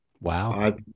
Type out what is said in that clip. Wow